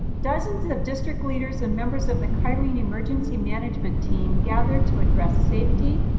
dozens of district leaders and members of the kyrene emergency management team gathered to address safety,